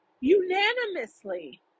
unanimously